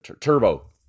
Turbo